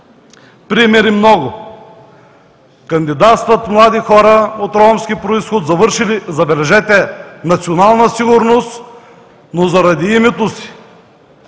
примери много – кандидатстват млади хора от ромски произход завършили, забележете „Национална сигурност“, но заради името си,